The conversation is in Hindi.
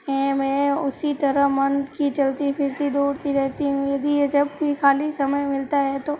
है मैं उसी तरह मन की चलती फिरती दौड़ती रहती हूँ यदि ये जब भी ख़ाली समय मिलता है तो